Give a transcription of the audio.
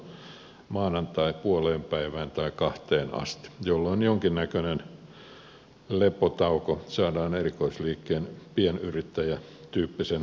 useimmiten se on maanantaina puoleenpäivään tai kahteen asti jolloin jonkinnäköinen lepotauko saadaan erikoisliikkeen pienyrittäjätyyppisen toiminnan vetäjille